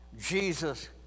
Jesus